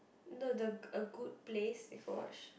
no the a good place you got watch